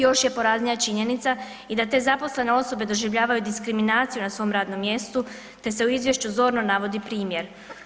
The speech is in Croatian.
Još je poraznija činjenica i da te zaposlene osobe doživljavaju diskriminaciju na svom radnom mjestu te se u izvješću zorno navodi primjer.